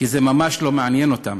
כי זה ממש לא מעניין אותן.